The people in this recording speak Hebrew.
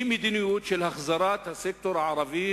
היא מדיניות של החזרת הסקטור הערבי